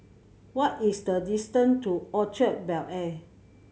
what is the distant to Orchard Bel Air